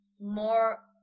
more